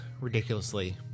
ridiculously